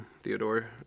Theodore